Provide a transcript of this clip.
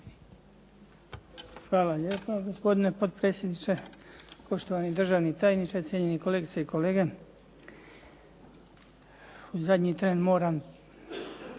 Hvala lijepa, gospodine potpredsjedniče. Poštovani državni tajniče, cijenjeni kolegice i kolege. U zadnji tren moram